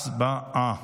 הצבעה.